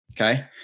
Okay